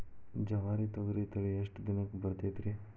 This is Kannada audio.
ಜವಾರಿ ತೊಗರಿ ತಳಿ ಎಷ್ಟ ದಿನಕ್ಕ ಬರತೈತ್ರಿ?